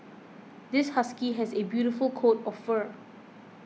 this husky has a beautiful coat of fur